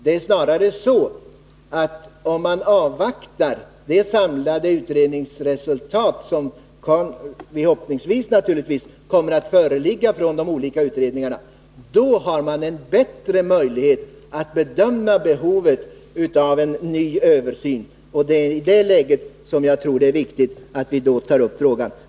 Det är snarare så att om man avvaktar det samlade utredningsresultat som förhoppningsvis kommer fram från de här utredningarna, så har man bättre möjligheter att bedöma behovet av en ny översyn. Det är i det sammanhanget som jag tror att det är viktigt att vi tar upp frågan.